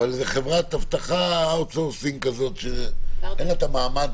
אבל זאת חברת אבטחה outsourcing כזאת שאין לה את המעמד